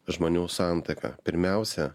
žmonių santuoka pirmiausia